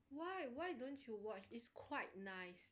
why why don't you watch is quite nice